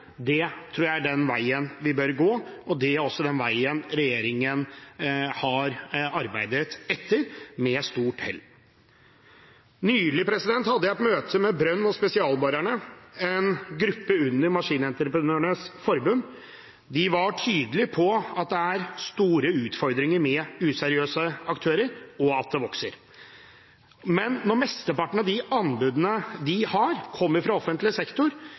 Det tror jeg er den veien vi bør gå, og det er også den veien regjeringen har arbeidet etter, med stort hell. Nylig hadde jeg et møte med brønn- og spesialborere, en gruppe under Maskinentreprenørenes Forbund. De var tydelige på at det er store utfordringer med useriøse aktører, og at det vokser. Men når mesteparten av de anbudene de har, kommer fra offentlig sektor,